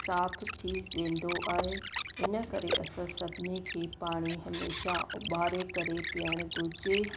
साफु थी वेंदो आहे इन करे असां सभिनी खे पाणी हमेशह उॿारे करे पीअणु घुरिजे